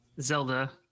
Zelda